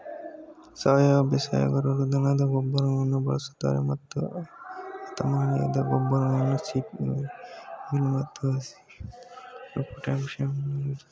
ಸಾವಯವ ಬೇಸಾಯಗಾರರು ದನದ ಗೊಬ್ಬರನ ಬಳಸ್ತರೆ ಮತ್ತು ಹದಮಾಡಿದ ಗೊಬ್ಬರವಾದ ಸೀಡ್ ಮೀಲ್ ಮತ್ತು ಹಸಿರುಮರಳು ಪೊಟ್ಯಾಷನ್ನು ನೀಡ್ತದೆ